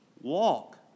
Walk